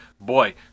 Boy